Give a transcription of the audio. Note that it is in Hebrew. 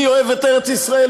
אני אוהב את ארץ-ישראל,